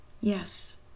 yes